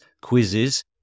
quizzes